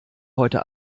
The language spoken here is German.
heute